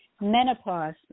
Menopause